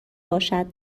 باشد